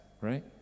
right